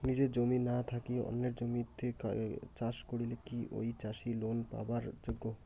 নিজের জমি না থাকি অন্যের জমিত চাষ করিলে কি ঐ চাষী লোন পাবার যোগ্য?